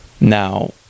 Now